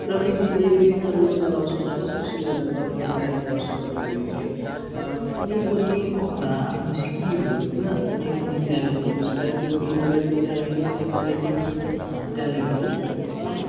प्रविधिले विभिन्न रोजगार अवसरहरू कसरी सृजना गर्नुमा सहायता गर्छ भन्दाखेरि चाहिँ कुनैपनि आफ्नो स्किल होस् हैन कुनैपनि ट्यालेन्ट होस् चाहे त्यो इनोभेटिभ ट्यालेन्ट होस् या क्रिएटिभ ट्यालेन्ट होस्